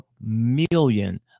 million